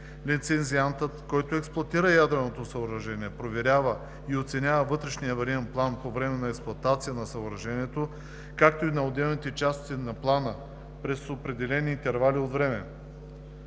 Лицензиантът, който експлоатира ядрено съоръжение, проверява и оценява вътрешния авариен план по време на експлоатацията на съоръжението, както и на отделните части на плана през определени интервали от време.“